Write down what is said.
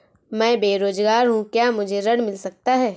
मैं बेरोजगार हूँ क्या मुझे ऋण मिल सकता है?